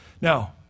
Now